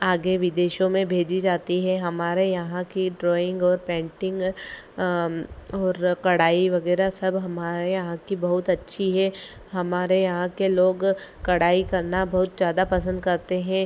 आगे विदेशों में भेजी जाती है हमारे यहाँ की ड्रॉइन्ग ौर पेन्टिन्ग और कढ़ाई वग़ैरह सब हमारे यहाँ की बहुत अच्छी है हमारे यहाँ के लोग कढ़ाई करना बहुत ज़्यादा पसन्द करते हैं